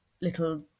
little